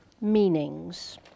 meanings